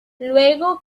luego